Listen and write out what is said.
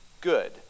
good